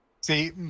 See